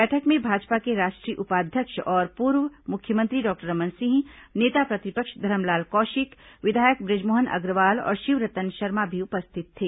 बैठक में भाजपा के राष्ट्रीय उपाध्यक्ष और पूर्व मुख्यमंत्री डॉक्टर रमन सिंह नेता प्रतिपक्ष धरमलाल कौशिक विधायक ब्रजमोहन अग्रवाल और शिवरतन शर्मा भी उपस्थित थे